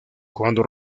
cuando